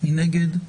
אושר הסתייגות רביעית: